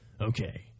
Okay